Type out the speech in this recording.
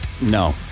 No